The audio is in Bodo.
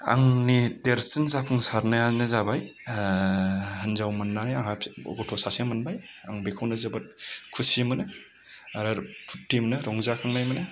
आंनि देरसिन जाफुंसारनायानो जाबाय हिनजाव मोननानै आंहा गथ' सासे मोनबाय आं बेखौनो जोबोर खुसि मोनो आरो फुरथि मोनो रंजाखांनाय मोनो